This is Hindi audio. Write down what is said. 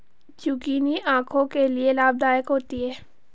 जुकिनी आंखों के लिए लाभदायक होती है